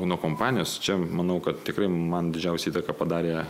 nuo kompanijos čia manau kad tikrai man didžiausią įtaką padarė